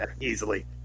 easily